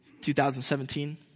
2017